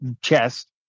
chest